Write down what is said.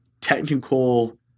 technical